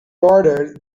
ordered